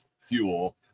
fuel